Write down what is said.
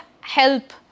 help